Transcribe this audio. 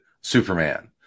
Superman